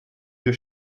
wir